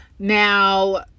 Now